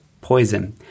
poison